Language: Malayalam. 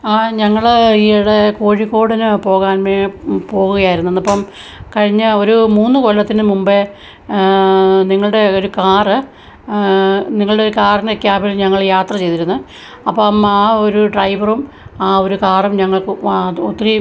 ആ ഞങ്ങൾ ഈയിടെ കോഴിക്കോടിന് പോകാൻ വേണ്ടി പോവുകയായിരുന്നു അന്ന് അപ്പം കഴിഞ്ഞ ഒരു മൂന്ന് കൊല്ലത്തിന് മുമ്പേ നിങ്ങളുടെ ഒരു കാറ് നിങ്ങളുടെ ഒരു കാറിന് കാബിൽ ഞങ്ങൾ യാത്ര ചെയ്തിരുന്നു അപ്പം ആ ഒരു ഡ്രൈവറും ആ ഒരു കാറും ഞങ്ങൾക്കു അത് ഒത്തിരിയും